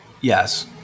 Yes